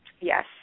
Yes